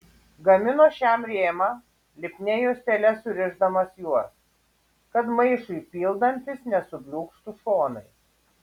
gamino šiam rėmą lipnia juostele surišdamas juos kad maišui pildantis nesubliūkštų šonai